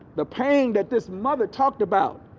the pain that this mother talked about.